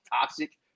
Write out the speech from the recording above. toxic